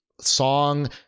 song